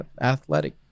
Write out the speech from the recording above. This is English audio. athletic